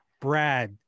brad